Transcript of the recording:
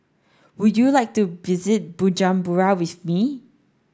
would you like to visit Bujumbura with me